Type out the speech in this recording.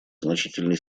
значительной